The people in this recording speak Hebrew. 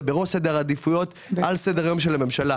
בראש סדר העדיפויות בסדר-היום של הממשלה.